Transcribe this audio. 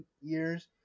years